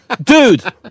Dude